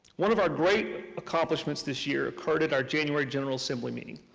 one of our great accomplishments this year occurred at our january general assembly meeting.